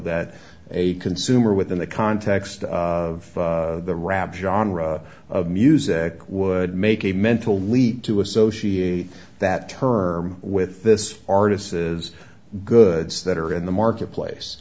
that a consumer within the context of the rob john of music would make a mental leap to associate that term with this artist is goods that are in the marketplace